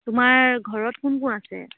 তোমাৰ ঘৰত কোন কোন আছে